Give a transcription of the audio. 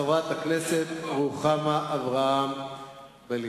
חברת הכנסת רוחמה אברהם-בלילא.